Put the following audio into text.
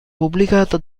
pubblicata